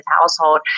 household